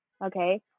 okay